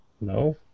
No